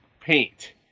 paint